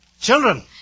children